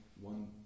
one